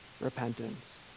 repentance